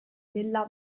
della